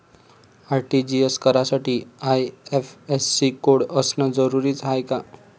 RTGS करासाठी IFSC code असनं जरुरीच हाय का?